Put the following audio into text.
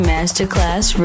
Masterclass